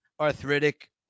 arthritic